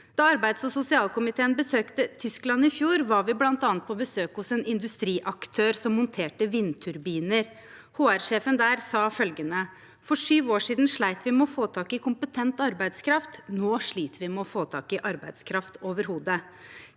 Da arbeids- og sosialkomiteen besøkte Tyskland i fjor, var vi bl.a. på besøk hos en industriaktør som monterte vindturbiner. HR-sjefen der sa følgende: For syv år siden slet vi med å få tak i kompetent arbeidskraft, nå sliter vi med å få tak i arbeidskraft overhodet.